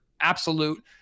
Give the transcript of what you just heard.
absolute